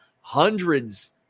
hundreds